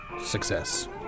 Success